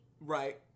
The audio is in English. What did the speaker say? Right